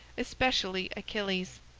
especially achilles.